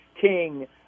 King